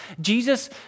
Jesus